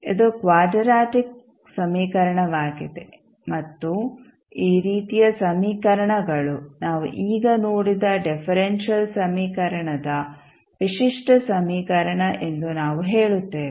ಇದು ಕ್ವಾಡರಾಟಿಕ್ ಸಮೀಕರಣವಾಗಿದೆ ಮತ್ತು ಈ ರೀತಿಯ ಸಮೀಕರಣಗಳು ನಾವು ಈಗ ನೋಡಿದ ಡಿಫರೆಂಶಿಯಲ್ ಸಮೀಕರಣದ ವಿಶಿಷ್ಟ ಸಮೀಕರಣ ಎಂದು ನಾವು ಹೇಳುತ್ತೇವೆ